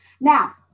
Now